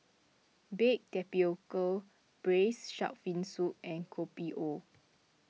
Baked Tapioca Braised Shark Fin Soup and Kopi O